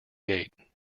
gate